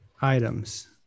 Items